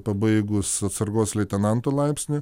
pabaigus atsargos leitenanto laipsnį